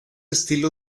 estilo